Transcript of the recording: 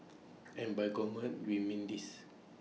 and by gourmet we mean this